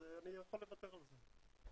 אז אני יכול לוותר על זה.